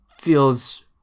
feels